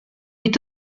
est